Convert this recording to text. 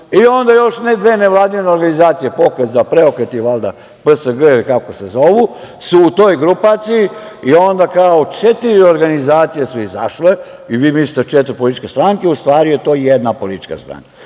drugu. Još dve nevladine organizacije Pokret za preokret i PSG, kako se zovu, su u toj grupaciji i onda kao četiri organizacije su izašle i vi mislite četiri političke stranke, a u stvari je to jedna politička stranka.